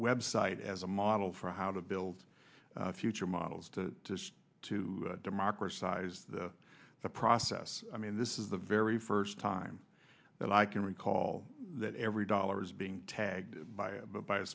website as a model for how to build a future models to to democracy is the process i mean this is the very first time that i can recall that every dollar is being tagged by by a